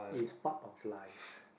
it's part of life